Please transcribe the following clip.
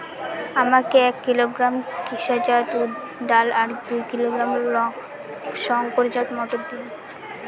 আমাকে এক কিলোগ্রাম কৃষ্ণা জাত উর্দ ডাল আর দু কিলোগ্রাম শঙ্কর জাত মোটর দিন?